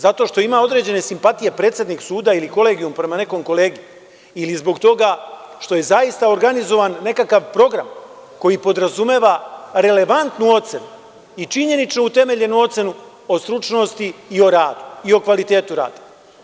Zato što ima određene simpatije predsednik suda ili kolegijuma, prema nekom kolegi ili zbog toga što je zaista organizovan nekakav program, koji podrazumeva relevantnu ocenu i činjeničnu utemeljenu ocenu o stručnosti i o radu i o kvalitetu rada.